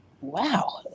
Wow